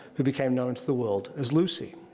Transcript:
who became known to the world as lucy.